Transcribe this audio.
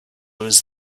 was